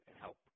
help